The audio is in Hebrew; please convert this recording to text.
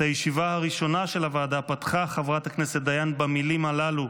את הישיבה הראשונה של הוועדה פתחה חברת הכנסת דיין במילים הללו: